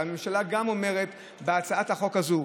הממשלה גם אומרת על הצעת חוק הזו,